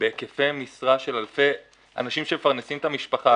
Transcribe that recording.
בהיקפי משרה של אלפי אנשים שמפרנסים את המשפחה.